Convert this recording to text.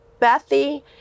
Bethy